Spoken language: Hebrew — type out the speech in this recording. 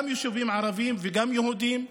גם יישובים ערביים וגם יהודיים,